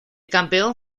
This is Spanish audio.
campeón